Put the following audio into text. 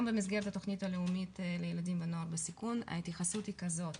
גם במסגרת התכנית הלאומית לילדים ונוער בסיכון ההתייחסות היא כזאת,